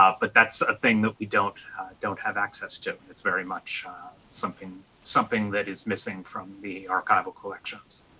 ah but that's a thing that we don't don't have access to. it's very much something something that is missing from the archival collections?